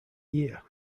year